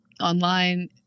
online